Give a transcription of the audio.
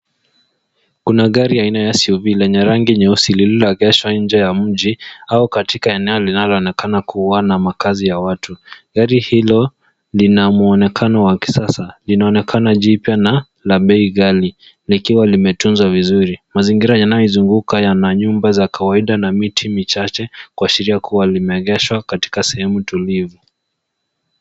Kuna gari aina ya SUV lenye rangi nyeusi lililoegeshwa nje ya mji au katika eneo linaloonekana kuwa na makazi ya watu. Gari hilo lina mwonekano wa kisasa, inaonekana ni jipya na la bei ghali, likiwa limetunzwa vizuri. Mazingira yanayoizunguka yana nyumba za kawaida na miti michache, kuashiria kuwa limeegeshwa katika sehemu tulivu.